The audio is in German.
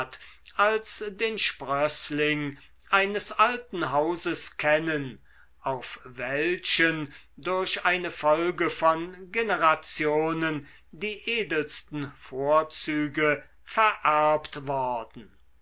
als den sprößling eines alten hauses kennen auf welchen durch eine folge von generationen die edelsten vorzüge vererbt worden